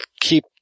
keep